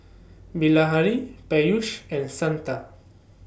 Bilahari Peyush and Santha